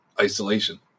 isolation